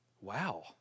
Wow